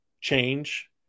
change